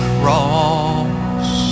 cross